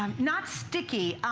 um not sticky,